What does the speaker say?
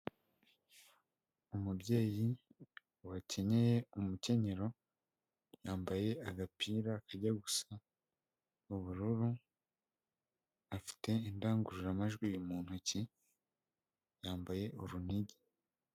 Umubyeyi wakinyeye umukenyero yambaye agapira kajya gusa ubururu afite indangururamajwi mu intoki yambaye urunigi.